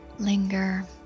linger